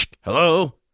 hello